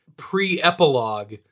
pre-epilogue